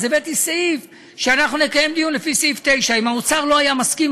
הבאתי סעיף שאנחנו נקיים דיון לפי סעיף 9. אם האוצר לא היה מסכים,